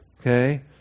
Okay